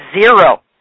zero